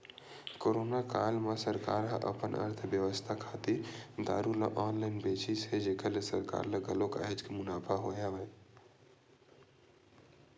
corona काल म सरकार ह अपन अर्थबेवस्था खातिर दारू ल ऑनलाइन बेचिस हे जेखर ले सरकार ल घलो काहेच के मुनाफा होय हवय